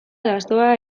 lastoa